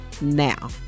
now